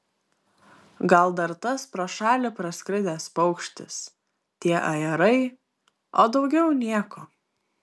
gal dar tas pro šalį praskridęs paukštis tie ajerai o daugiau nieko